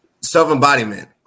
Self-embodiment